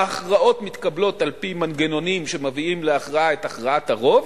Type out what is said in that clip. ההכרעות מתקבלות על-פי מנגנונים שמביאים להכרעה את הכרעת הרוב,